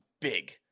big